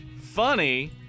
funny